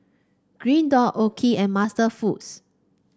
Green Dot OKI and MasterFoods